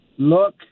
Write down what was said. Look